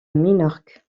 minorque